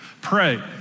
Pray